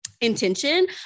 intention